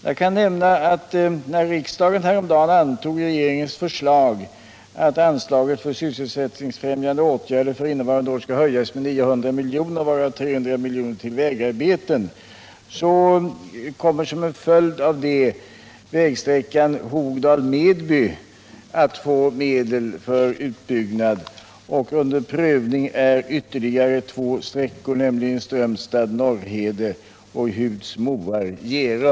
Jag kan nämna att när riksdagen häromdagen antog regeringens förslag att anslaget för sysselsättningsfrämjande åtgärder för innevarande år skall höjas med 900 miljoner, varav 300 miljoner till vägarbeten, så kommer som en följd av detta vägsträckan Hogdal-Nedby att få medel för utbyggnad. Ytterligare två sträckor är under prövning, nämligen Strömstad-Norrhede och Huds gårdar-Gerum.